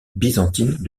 byzantine